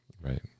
Right